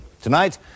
Tonight